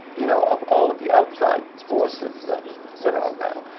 you know, of all of the outside forces that that are around.